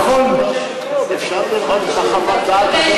אדוני היושב-ראש, אפשר לראות את חוות הדעת?